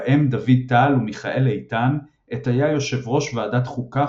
בהם דוד טל ומיכאל איתן עת היה יו"ר ועדת חוקה,